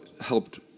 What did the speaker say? helped